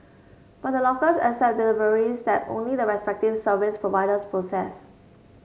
but the lockers accept deliveries that only the respective service providers process